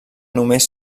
només